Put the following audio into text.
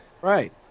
Right